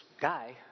guy